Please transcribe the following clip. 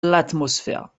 l’atmosphère